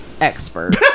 expert